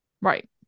right